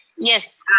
yes.